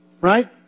Right